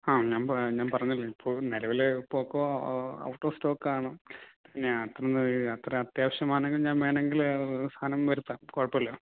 ആ ഞാൻ പറ ഞാൻ പറഞ്ഞില്ലെ ഇപ്പോൾ നെലവിൽ പോക്കോ ഔട്ട് ഓഫ് സ്റ്റോക്ക് ആണ് പിന്നെ എത്ര അത്ര അത്യാവശ്യമാണെങ്കിൽ ഞാൻ വേണമെങ്കിൽ സാധനം വരുത്താം കുഴപ്പമില്ല